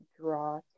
draw